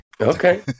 Okay